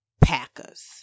Packers